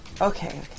Okay